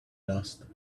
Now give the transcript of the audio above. lost